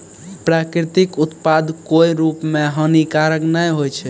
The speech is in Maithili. प्राकृतिक उत्पाद कोय रूप म हानिकारक नै होय छै